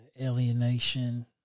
alienation